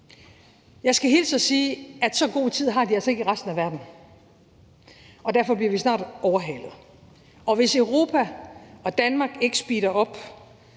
Jeg skal hilse og sige, at så god tid har de altså ikke i resten af verden, og derfor bliver vi snart overhalet. Hvis Europa og Danmark ikke speeder op,